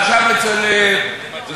תודה, אדוני.